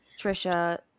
Trisha